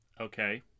Okay